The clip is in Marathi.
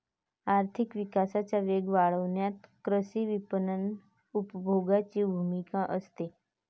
आर्थिक विकासाचा वेग वाढवण्यात कृषी विपणन उपभोगाची भूमिका असते